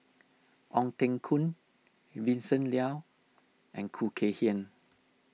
Ong Teng Koon Vincent Leow and Khoo Kay Hian